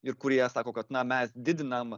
ir kurie sako kad na mes didinam